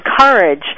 courage